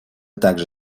также